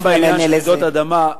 גם בעניין של רעידות אדמה,